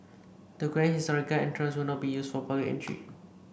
the grand historical entrances will not be used for public entry